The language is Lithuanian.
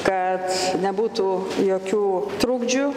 kad nebūtų jokių trukdžių